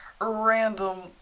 random